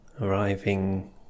arriving